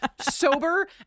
sober